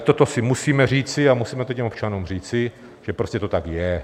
Toto si musíme říci a musíme to občanům říci, že prostě to tak je.